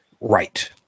Right